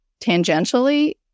tangentially